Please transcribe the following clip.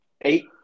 Eight